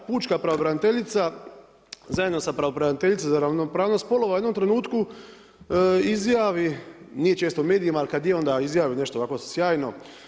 Pučka pravobraniteljica zajedno sa Pravobraniteljicom za ravnopravnost spolova u jednom trenutku izjavi, nije često u medijima ali kada je onda izjavi nešto ovako sjajno.